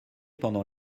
pendant